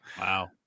wow